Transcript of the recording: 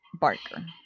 Barker